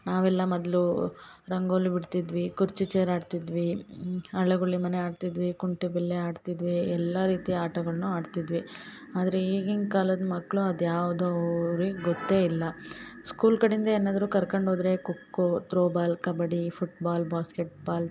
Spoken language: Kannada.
ನಾವೆಲ್ಲ ಮೊದ್ಲೂ ರಂಗೋಲಿ ಬಿಡ್ತಿದ್ವಿ ಕುರ್ಚಿ ಚೇರ್ ಆಡ್ತಿದ್ವಿ ಅಳೆಗುಳಿ ಮನೆ ಆಡ್ತಿದ್ವಿ ಕುಂಟೆಬಿಲ್ಲೆ ಆಡ್ತಿದ್ವಿ ಎಲ್ಲಾ ರೀತಿ ಆಟಗಳನ್ನೂ ಆಡ್ತಿದ್ವಿ ಆದರೆ ಈಗಿನ ಕಾಲದ ಮಕ್ಕಳು ಅದು ಯಾವುದೂ ಅವ್ರಿಗೆ ಗೊತ್ತೇ ಇಲ್ಲ ಸ್ಕೂಲ್ ಕಡೆ ಇಂದ ಏನಾದರು ಕರ್ಕಂಡು ಹೋದ್ರೆ kho kho throwball kabaddi football basketball